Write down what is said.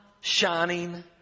shining